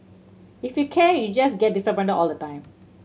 if you care you just get disappointed all the time